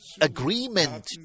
agreement